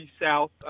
south